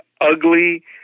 ugly